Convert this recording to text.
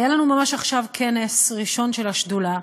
היה לנו ממש עכשיו כנס ראשון של השדולה.